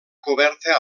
coberta